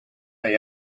may